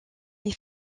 est